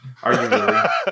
Arguably